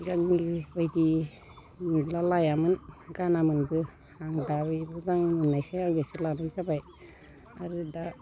सिगांनिबायदि नुब्ला लायामोन गानामोनबो आं दा बे मोजां नुनायखाय आं बेखौ लानाय जाबाय आरो दा